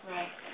Right